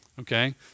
okay